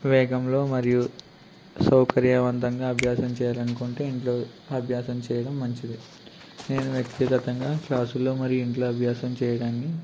వేగంలో మరియు సౌకర్యావంతంగా అభ్యాసం చేయాలనుకుంటే ఇంట్లో అభ్యాసం చేయడం మంచిది నేను వ్యక్తిగతంగా క్లాసులో మరి ఇంట్లో అభ్యాసం చేయడానికి